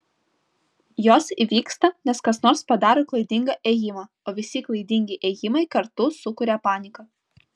jos įvyksta nes kas nors padaro klaidingą ėjimą o visi klaidingi ėjimai kartu sukuria paniką